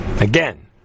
Again